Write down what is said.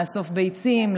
לאסוף ביצים,